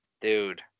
dude